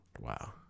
Wow